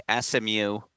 SMU